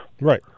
Right